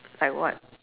like what